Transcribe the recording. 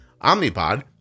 Omnipod